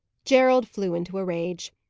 gerald flew into a rage.